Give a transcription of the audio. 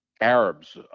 Arabs